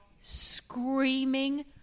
screaming